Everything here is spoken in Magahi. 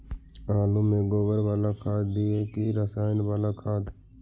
आलु में गोबर बाला खाद दियै कि रसायन बाला खाद?